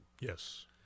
Yes